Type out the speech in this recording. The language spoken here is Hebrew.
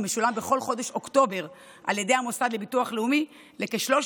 המשולם בכל חודש אוקטובר על ידי המוסד לביטוח לאומי לכ-300,000